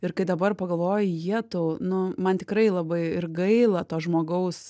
ir kai dabar pagalvoji jetau nu man tikrai labai ir gaila to žmogaus